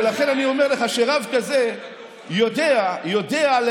ולכן אני אומר לך שרב כזה יודע לאזן